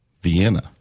Vienna